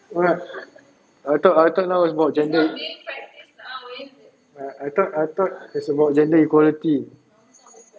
what I thought I thought now is about gender ah I thought I thought it's about gender equality